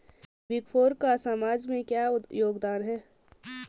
Big four का समाज में क्या योगदान है?